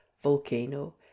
volcano